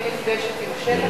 אני נפגשת עם השטח,